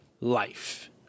life